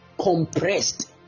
compressed